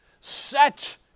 Set